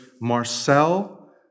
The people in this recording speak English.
Marcel